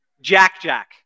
Jack-Jack